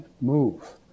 move